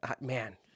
man